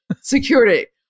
security